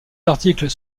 articles